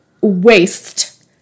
Waste